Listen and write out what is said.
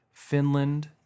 Finland